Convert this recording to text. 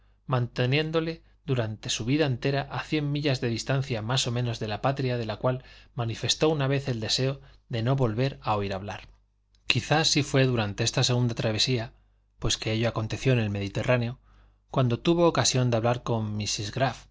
manteniéndole durante su vida entera a cien millas de distancia más o menos de la patria de la cual manifestó una vez el deseo de no volver a oír hablar quizá sí fué durante esta segunda travesía pues que ello aconteció en el mediterráneo cuando tuvo ocasión de bailar con mrs